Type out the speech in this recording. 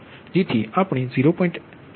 જેથી આપણે 0